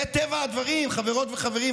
זה טבע הדברים, חברות וחברים.